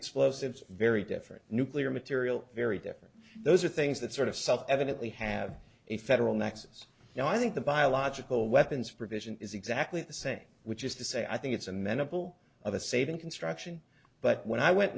explosives very different nuclear material very different those are things that sort of self evidently have a federal nexus you know i think the biological weapons provision is exactly the same which is to say i think it's amenable of a saving construction but when i went